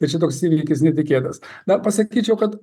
tai čia toks įvykis netikėtas na pasakyčiau kad